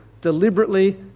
deliberately